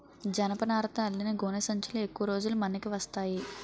జనపనారతో అల్లిన గోనె సంచులు ఎక్కువ రోజులు మన్నిక వస్తాయి